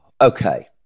Okay